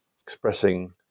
expressing